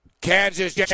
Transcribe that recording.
Kansas